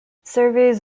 surveys